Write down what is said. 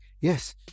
Yes